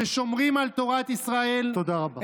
ששומרים על תורת ישראל, תודה רבה.